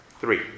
Three